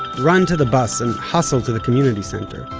run to the bus and hustle to the community center,